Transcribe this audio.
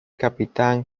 capitán